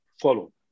follow